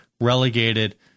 relegated